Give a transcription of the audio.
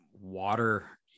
water